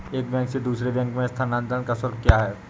एक बैंक से दूसरे बैंक में स्थानांतरण का शुल्क क्या है?